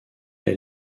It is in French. est